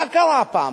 מה קרה הפעם?